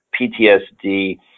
PTSD